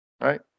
right